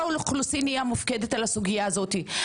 מה קשור משרד החוץ עכשיו בשביל לאתר את אותם